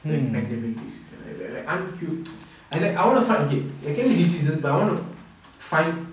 like pandemic like like as in like I want to fight okay there can be diseases but I want to find